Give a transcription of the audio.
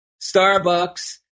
Starbucks